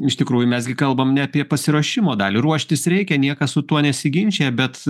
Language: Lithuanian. iš tikrųjų mes gi kalbam ne apie pasiruošimo dalį ruoštis reikia niekas su tuo nesiginčija bet